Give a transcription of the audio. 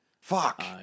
Fuck